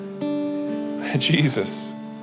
Jesus